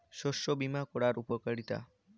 শস্য বিমা করার উপকারীতা?